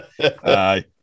aye